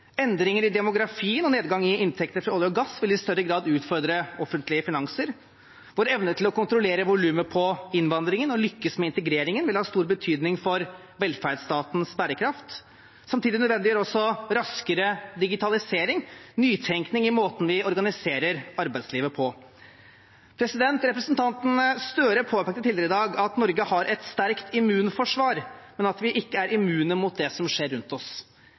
Endringer i demografien og nedgang i inntekter fra olje og gass vil i større grad utfordre offentlige finanser. Vår evne til å kontrollere volumet på innvandringen og å lykkes med integreringen vil ha stor betydning for velferdsstatens bærekraft. Samtidig nødvendiggjør også raskere digitalisering nytenkning i måten vi organiserer arbeidslivet på. Representanten Gahr Støre påpekte tidligere i dag at Norge har et sterkt immunforsvar, men at vi ikke er immune mot det som skjer rundt oss.